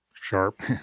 Sharp